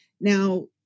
Now